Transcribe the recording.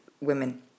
women